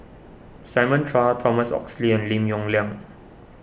Simon Chua Thomas Oxley and Lim Yong Liang